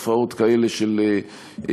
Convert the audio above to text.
בגלל תופעות כאלה של ונדליזם,